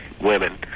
women